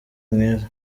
mwiza